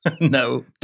No